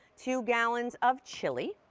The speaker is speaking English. two gallons of chili.